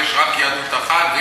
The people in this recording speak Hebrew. ויש רק יהדות אחת,